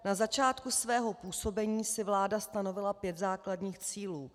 Na začátku svého působení si vláda stanovila pět základních cílů.